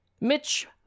Mitch